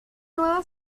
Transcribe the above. nueva